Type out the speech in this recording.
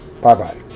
Bye-bye